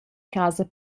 casa